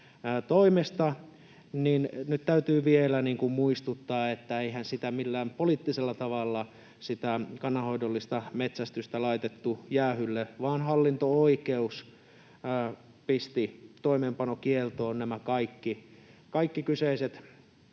nyt täytyy vielä muistuttaa — niin eihän sitä kannanhoidollista metsästystä millään poliittisella tavalla laitettu jäähylle, vaan hallinto-oikeus pisti toimeenpanokieltoon nämä kaikki kyseiset